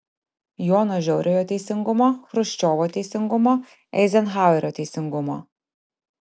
jono žiauriojo teisingumo chruščiovo teisingumo eizenhauerio teisingumo